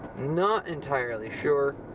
not entirely sure,